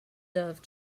love